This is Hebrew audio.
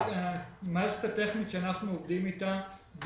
המערכת הטכנית שאנחנו עובדים איתה היא